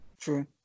True